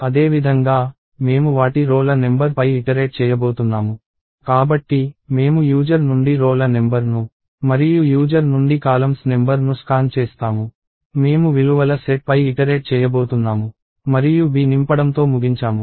అదేవిధంగా మేము వాటి రో ల నెంబర్ పై ఇటరేట్ చేయబోతున్నాము కాబట్టి మేము యూజర్ నుండి రో ల నెంబర్ ను మరియు యూజర్ నుండి కాలమ్స్ నెంబర్ ను స్కాన్ చేస్తాము మేము విలువల సెట్పై ఇటరేట్ చేయబోతున్నాము మరియు B నింపడంతో ముగించాము